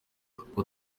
kuko